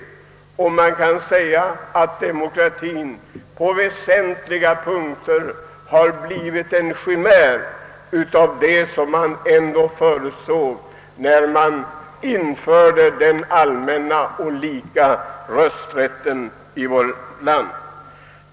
Man kan säga att demokratien på väsentliga punkter har blivit en chimär jämfört med vad man siktade på när den allmänna och lika rösträtten infördes i vårt land.